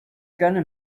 gonna